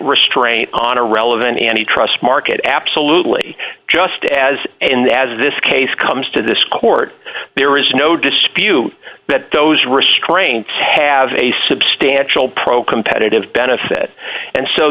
restraint on a relevant and he trusts market absolutely just as and as this case ca to this court there is no dispute that those restraints have a substantial pro competitive benefit and so